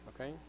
okay